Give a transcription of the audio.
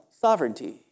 sovereignty